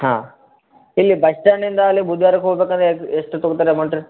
ಹಾಂ ಇಲ್ಲಿ ಬಸ್ ಸ್ಟಾಂಡಿಂದ ಅಲ್ಲಿ ಬೂದಿಗೆರೆಗೆ ಹೋಗಬೇಕಾದ್ರೆ ಎಷ್ಟ್ ಎಷ್ಟು ತೊಗೊಳ್ತಾರೆ ಅಮೌಂಟು